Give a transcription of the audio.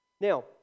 Now